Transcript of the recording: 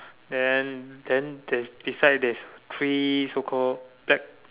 then then there's beside there's three so called black